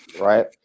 right